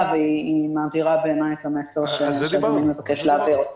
והיא מעבירה בעיניי את המסר שאדוני מבקש להעביר.